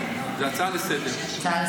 זו הצעה לסדר-היום.